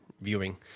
viewing